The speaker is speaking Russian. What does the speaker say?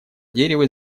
дерево